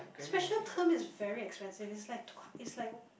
special term is very expensive it's like twelve it's like